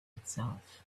itself